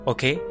Okay